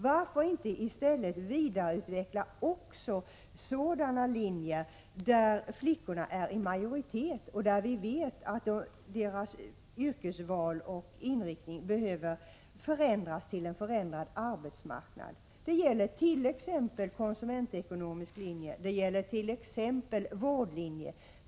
Varför inte i stället vidareutveckla sådana linjer där flickorna är i majoritet, när vi vet att deras yrkesval och inriktning behöver förändras tillen förändrad arbetsmarknad? Det gällert.ex. konsumentekonomisk linje och vårdlinje.